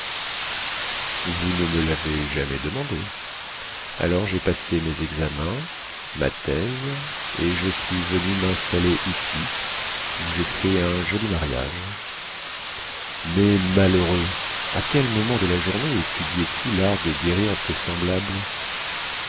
vous ne me lavez jamais demandé alors jai passé mes examens ma thèse et je suis venu minstaller ici où jai fait un joli mariage mais malheureux à quel moment de la journée étudiais tu lart de guérir tes semblables